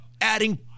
adding